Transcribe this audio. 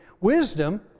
Wisdom